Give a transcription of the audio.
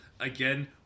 Again